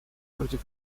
против